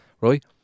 Right